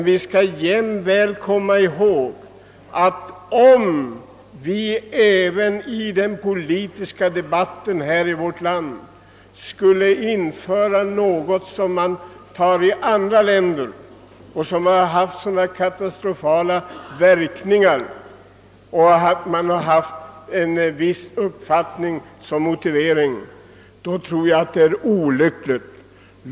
Vi skall jämväl komma ihåg att det skulle vara olyckligt, om vi även i den politiska debatten här i vårt land skulle införa något som förekommit i andra länder och som har fått katastrofala verkningar där och motiverats med en fara för viss uppfattning.